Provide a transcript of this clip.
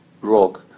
Rock